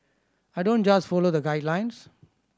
I don't just follow the guidelines